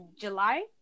July